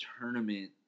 tournament